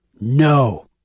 No